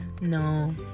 No